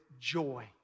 joy